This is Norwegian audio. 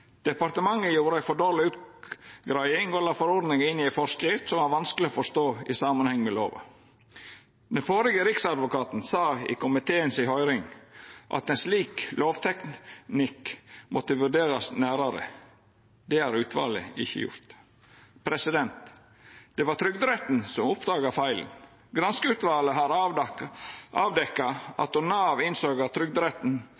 Departementet gjorde ei for dårleg utgreiing og la forordninga inn i ei forskrift som var vanskeleg å forstå i samanheng med lova. Den førre riksadvokaten sa i komiteen si høyring at ein slik lovteknikk måtte vurderast nærare. Det har utvalet ikkje gjort. Det var Trygderetten som oppdaga feilen. Granskingsutvalet har avdekt at då Nav innsåg at Trygderetten hadde rett, vart feilen